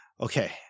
Okay